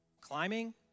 climbing